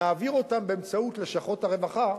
נעביר אותם באמצעות לשכות הרווחה,